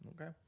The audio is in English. okay